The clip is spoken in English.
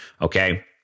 okay